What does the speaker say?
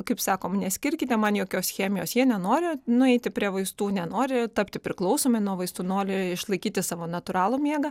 kaip sakom neskirkite man jokios chemijos jie nenori nueiti prie vaistų nenori tapti priklausomi nuo vaistų nori išlaikyti savo natūralų miegą